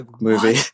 movie